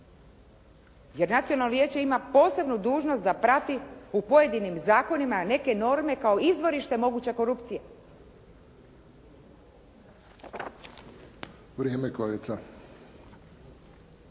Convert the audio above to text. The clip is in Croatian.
jer Nacionalno vijeće ima posebnu dužnost da prati u pojedinim zakonima neke norme kao izvorište moguće korupcije.